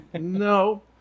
no